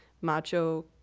macho